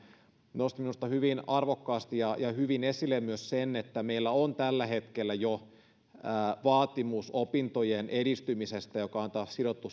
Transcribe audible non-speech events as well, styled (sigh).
nosti minusta hyvin arvokkaasti ja hyvin esille myös sen että meillä on jo tällä hetkellä vaatimus opintojen edistymisestä joka on sidottu (unintelligible)